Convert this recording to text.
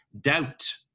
Doubt